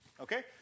Okay